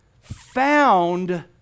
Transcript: found